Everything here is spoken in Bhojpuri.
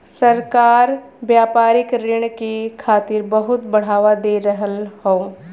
सरकार व्यापारिक ऋण के खातिर बहुत बढ़ावा दे रहल हौ